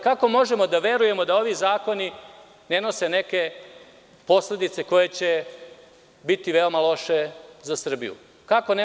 Kako možemo da verujemo da ovi zakoni ne nose neke posledice koje će biti veoma loše za Srbiju?